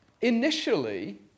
Initially